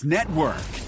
Network